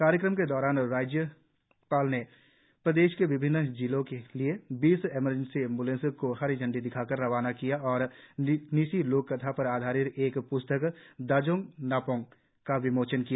कार्यक्रम के दौरान राज्यपाल ने प्रदेश के विभिन्न जिलों के लिए बीस इमरजेंसी एंब्रेलेंस को हरी झंडी दिखाकर रवाना किया और निशी लोक कथाओं पर आधारित एक प्स्तक दाजोंग नापोंग का विमोचन किया